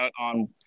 on